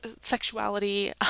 sexuality